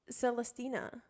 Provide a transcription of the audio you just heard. Celestina